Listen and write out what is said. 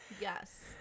Yes